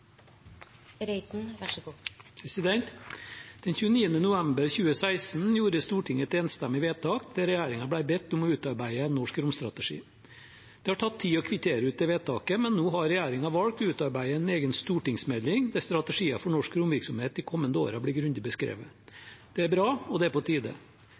november 2016 gjorde Stortinget et enstemmig vedtak der regjeringen ble bedt om å utarbeide en norsk romstrategi. Det har tatt tid å kvittere ut det vedtaket, men nå har regjeringen valgt å utarbeide en egen stortingsmelding der strategier for norsk romvirksomhet de kommende årene blir grundig beskrevet. Det er bra, og det er på tide.